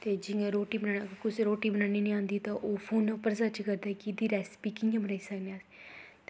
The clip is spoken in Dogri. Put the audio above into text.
ते जियां रोटी बनाना कुसै गी रोट्टी बनाना निं आंदी ते ओह् फोन उप्पर गै सर्च करदे कि एह्दी रेस्पी कि'यां बनाई सकनें अस